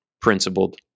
principled